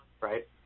right